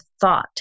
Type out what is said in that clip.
thought